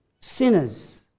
sinners